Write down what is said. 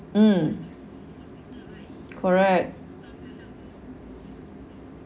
mm correct